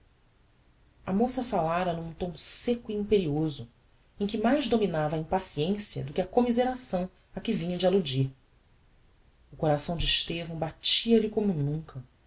a moça falára n'um tom secco e imperioso em que mais dominava a impaciencia do que a commiseração a que vinha de alludir o coração de estevão batia-lhe como nunca